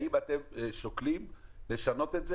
האם אתם שוקלים לשנות את זה?